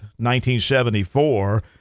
1974